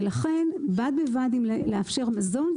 ולכן בד בבד אם לאפשר מזון,